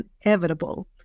inevitable